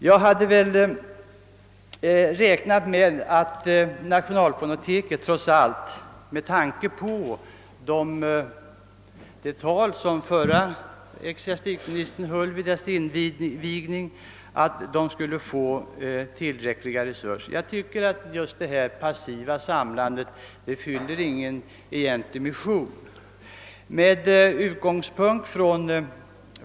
Jag har räknat med att nationalfonoteket trots allt — bl.a. med tanke på det tal förre ecklesiastikministern höll vid dess invigning — skulle få tillräckliga resurser. Detta passiva samlande fyller ingen egentlig mission.